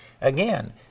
Again